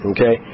Okay